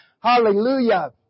Hallelujah